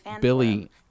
Billy